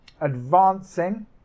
advancing